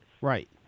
Right